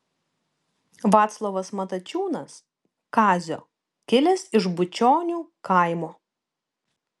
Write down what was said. vaclovas matačiūnas kazio kilęs iš bučionių kaimo